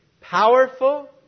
Powerful